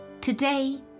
Today